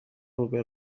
روبه